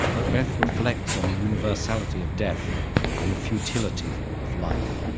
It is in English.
macbeth reflects on the universality of death and the futility of life.